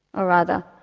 or rather,